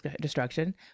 destruction